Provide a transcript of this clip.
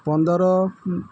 ପନ୍ଦର